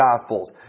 gospels